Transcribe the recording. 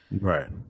Right